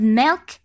milk